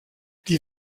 die